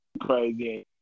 crazy